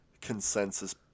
consensus